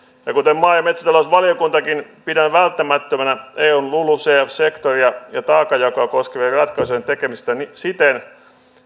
ja kuten maa ja metsätalousvaliokuntakin pidän välttämättömänä eun lulucf sektoria ja ja taakanjakoa koskevien ratkaisujen tekemistä siten